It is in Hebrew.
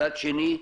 מצד שני,